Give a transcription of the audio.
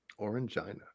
Orangina